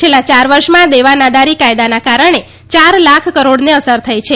છેલ્લા ચાર વર્ષમાં દેવાં નાદારી કાયદાના કારણે ચાર લાખ કરોડને અસર થઇ છે